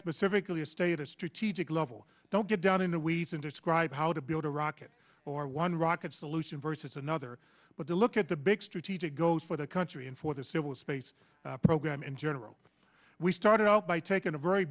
specifically a state a strategic level don't get down in the weeds and describe how to build a rocket or one rocket solution versus another but to look at the big strategic goals for the country and for the civil space program in general we started out by taking a very